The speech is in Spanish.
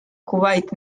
kuwait